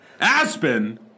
Aspen